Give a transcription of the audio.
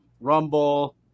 Rumble